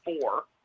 four